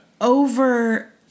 Over